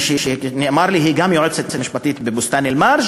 שנאמר לי שהיא גם יועצת משפטית בבוסתאן-אלמרג',